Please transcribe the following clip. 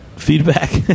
feedback